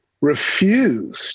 refused